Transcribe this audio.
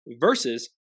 versus